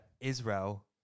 Israel